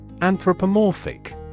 Anthropomorphic